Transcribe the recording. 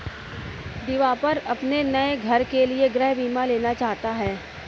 दिवाकर अपने नए घर के लिए गृह बीमा लेना चाहता है